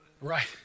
Right